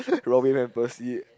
Robin-Van-Persie